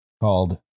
called